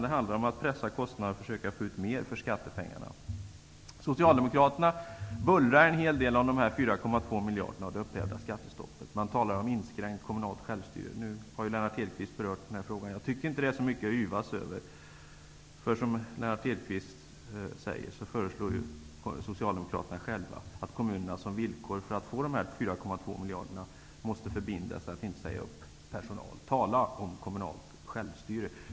Det handlar om att pressa kostnader och försöka få ut mer för skattepengarna. Socialdemokraterna bullrar en hel del om dessa 4,2 miljarder och det upphävda skattestoppet. De talar om inskränkt kommunalt självstyre. Lennart Hedquist har berört den frågan. Jag tycker inte att det är så mycket att yvas över. Som Lennart Hedquist säger föreslår Socialdemokraterna själva att kommunerna som villkor för att få dessa 4,2 miljarder måste förbinda sig att inte säga upp personal. Tala om kommunalt självstyre!